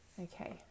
okay